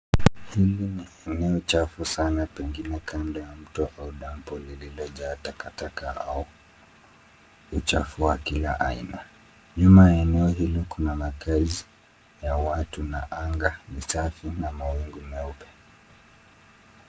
Eneo la uchafu sana pengine kando ya mto au dampo liliojaa takataka au uchafu wa kila aina. Nyuma ya eneo hilo kuna makaazi ya watu na anga ni safi na mawingu meupe.